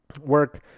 work